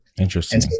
Interesting